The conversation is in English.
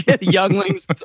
younglings